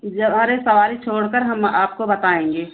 जब अरे सवारी छोड़कर हम आपको बताएँगे